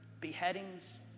beheadings